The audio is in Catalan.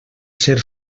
ser